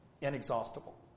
inexhaustible